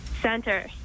Center